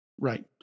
Right